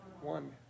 One